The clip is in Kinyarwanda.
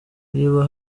niba